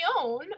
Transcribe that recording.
own